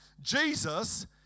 jesus